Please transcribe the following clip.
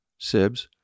Sibs